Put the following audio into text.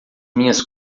minhas